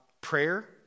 prayer